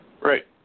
Right